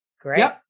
Great